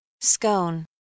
Scone